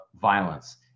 violence